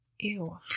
Ew